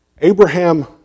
Abraham